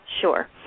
Sure